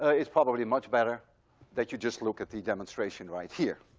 it's probably much better that you just look at the demonstration right here.